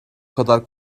kadar